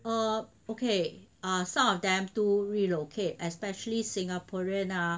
err okay err some of them do relocate especially singaporean lah